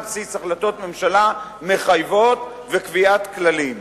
בסיס החלטות ממשלה מחייבות וקביעת כללים.